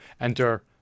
enter